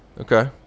okay